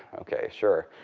ok, sure.